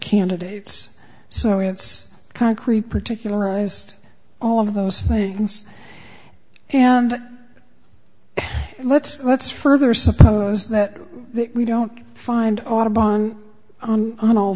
candidates so it's concrete particularized all of those things and let's let's further suppose that we don't find audubon on all